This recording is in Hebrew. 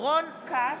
רון כץ,